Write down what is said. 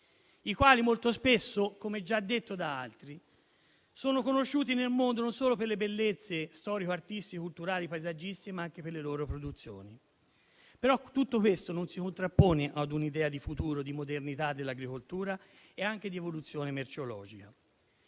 i quali molto spesso, come già detto da altri, sono conosciuti nel mondo non solo per le bellezze storiche, artistiche, culturali e paesaggistiche, ma anche per le loro produzioni. Tutto questo, però, non si contrappone a un'idea di futuro, di modernità dell'agricoltura e anche di evoluzione merceologica.